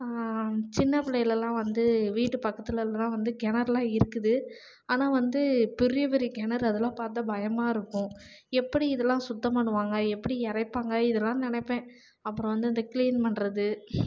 சின்ன பிள்ளைலலாம் வந்து வீட்டு பக்கத்திலலாம் வந்து கிணறுலாம் இருக்குது ஆனால் வந்து பெரிய பெரிய கிணறு அதெலாம் பார்த்தா பயமாக இருக்கும் எப்படி இதெலாம் சுத்தம் பண்ணுவாங்க எப்படி இறைப்பாங்க இதெலாம் நெனைப்பேன் அப்புறம் வந்து அந்த க்ளீன் பண்ணுறது